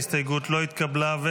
ההסתייגות לא התקבלה.